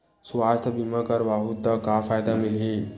सुवास्थ बीमा करवाहू त का फ़ायदा मिलही?